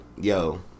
Yo